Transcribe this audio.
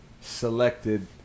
selected